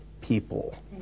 people